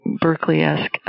Berkeley-esque